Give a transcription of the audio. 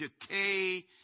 decay